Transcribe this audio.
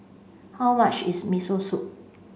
how much is Miso Soup